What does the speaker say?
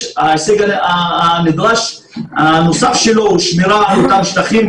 ההישג הנדרש הנוסף שלו הוא שמירה על אותם שטחים.